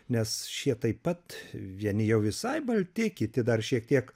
nes šie taip pat vieni jau visai balti kiti dar šiek tiek